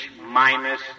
minus